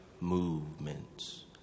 movements